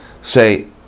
say